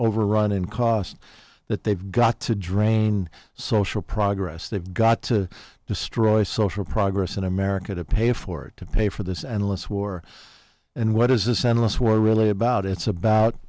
overrun in cost that they've got to drain social progress they've got to destroy social progress in america to pay for to pay for this analysts war and what is this endless war really about it's about